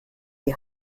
die